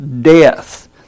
death